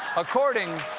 according